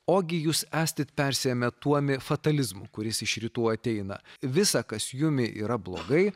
ogi jūs estit persiėmę tuomi fatalizmu kuris iš rytų ateina visa kas jumi yra blogai